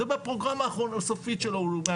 זה בפרוגרמה הכללית שלו.